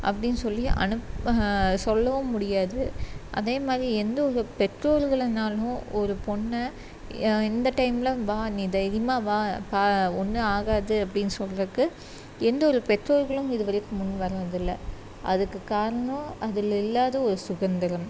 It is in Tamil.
அப்படின்னு சொல்லி அனுப்ப சொல்லவும் முடியாது அதே மாதிரி எந்த ஒரு பெற்றோர்கள்னாலும் ஒரு பொண்ணை இந்த டைம்மில் வா நீ தைரியமாக வா பா ஒன்றும் ஆகாது அப்படின்னு சொல்கிறக்கு எந்த ஒரு பொற்றோர்களும் இதுவரைக்கும் முன் வர்றதில்லை அதுக்குக் காரணம் அதில் இல்லாத ஒரு சுதந்திரம்